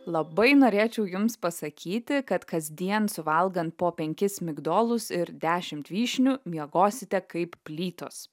labai norėčiau jums pasakyti kad kasdien suvalgant po penkis migdolus ir dešimt vyšnių miegosite kaip plytos